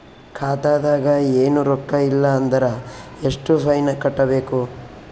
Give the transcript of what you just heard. ಖಾತಾದಾಗ ಏನು ರೊಕ್ಕ ಇಲ್ಲ ಅಂದರ ಎಷ್ಟ ಫೈನ್ ಕಟ್ಟಬೇಕು?